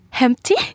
Empty